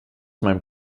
meinem